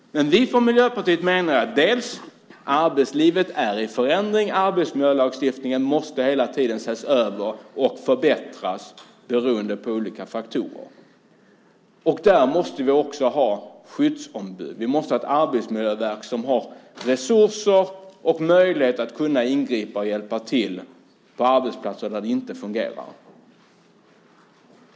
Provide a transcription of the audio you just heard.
Vi i Miljöpartiet menar att arbetslivet är i förändring. Arbetsmiljölagstiftningen måste hela tiden ses över och förbättras beroende på olika faktorer. Där måste vi också ha skyddsombud. Vi måste ha ett arbetsmiljöverk som har resurser och möjlighet att kunna ingripa och hjälpa till på arbetsplatser när det inte fungerar.